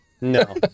No